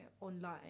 online